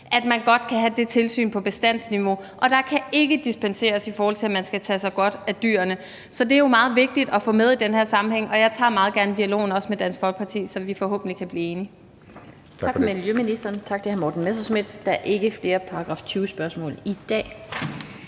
kan man godt have det tilsyn på bestandsniveau – og der kan ikke dispenseres fra, at man skal tage sig godt af dyrene. Så det er jo meget vigtigt at få med i den her sammenhæng, og jeg tager meget gerne dialogen, også med Dansk Folkeparti, så vi forhåbentlig kan blive enige.